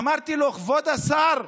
אמרתי לו: כבוד השר,